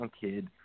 kid